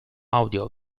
audio